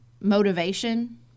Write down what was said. motivation